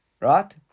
Right